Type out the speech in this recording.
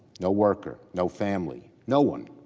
no worker, no family, no one,